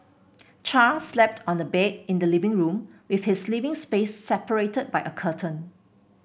Char slept on a bed in the living room with his living space separated by a curtain